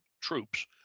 troops